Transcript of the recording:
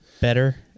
better